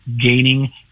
gaining